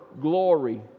glory